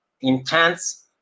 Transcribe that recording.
intense